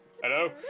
Hello